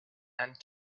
and